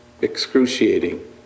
excruciating